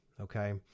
Okay